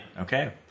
Okay